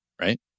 right